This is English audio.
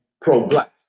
pro-black